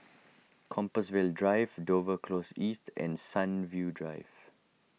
Compassvale Drive Dover Close East and Sunview Drive